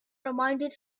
reminded